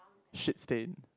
shit stain